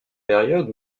périodes